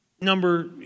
number